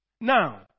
Now